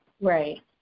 Right